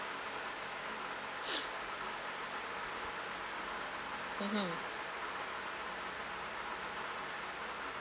mmhmm